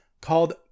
called